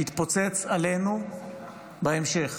יתפוצץ עלינו בהמשך,